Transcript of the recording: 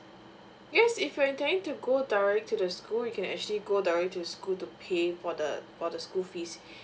yes if you're intending to go direct to the school you can actually go directly to the school to pay for the for the school fees